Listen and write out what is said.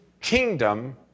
kingdom